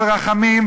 של רחמים,